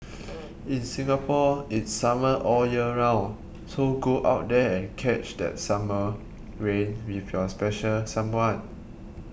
in Singapore it's summer all year round so go out there and catch that summer rain with your special someone